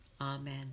Amen